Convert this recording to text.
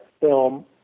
film